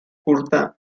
curta